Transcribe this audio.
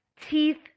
Teeth